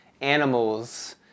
animals